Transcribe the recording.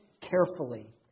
carefully